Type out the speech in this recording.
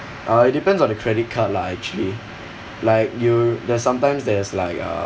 uh it depends on your credit card lah actually like you there's sometimes there's like uh